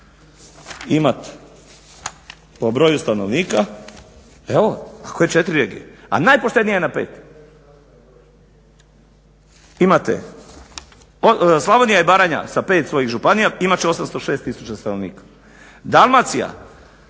imati po broju stanovnika evo … četiri regije, a najpoštenije je na pet. Slavonija i Baranja sa pet svojih županija imat će 806000 stanovnika, Dalmacija